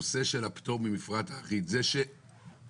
הנושא של הפטור ממפרט האחיד: זה שהשארנו